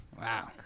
Wow